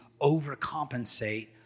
overcompensate